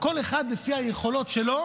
כל אחד לפי היכולות שלו